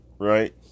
right